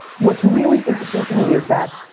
what's really interesting to me is that.